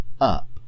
up